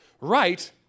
Right